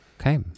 okay